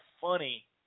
funny